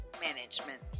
management